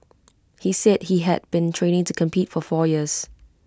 he said he had been training to compete for four years